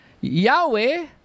Yahweh